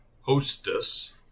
hostess